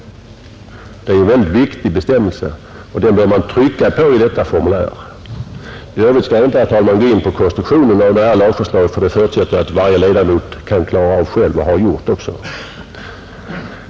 Det är en mycket viktig bestämmelse och den bör också finnas avtryckt i formuläret. I övrigt skall jag inte, herr talman, gå in på konstruktionen av detta lagförslag, för det förutsätter jag att varje ledamot kan klara av själv och även har gjort.